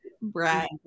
Right